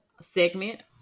segment